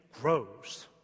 grows